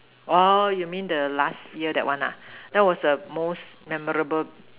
oh you mean the last year that one ah that was the most memorable